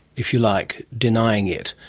if you like, denying it?